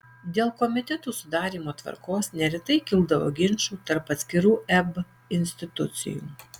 dėl komitetų sudarymo tvarkos neretai kildavo ginčų tarp atskirų eb institucijų